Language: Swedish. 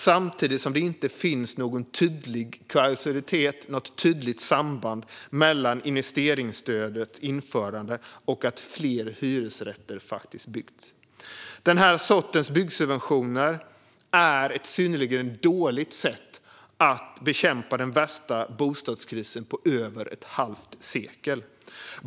Samtidigt finns det inte någon tydlig kausalitet, något tydligt samband, mellan investeringsstödets införande och att fler hyresrätter faktiskt byggts. Den sortens byggsubventioner är ett synnerligen dåligt sätt att bekämpa den värsta bostadskrisen på över ett halvt sekel.